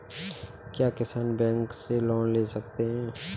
क्या किसान बैंक से लोन ले सकते हैं?